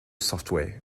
software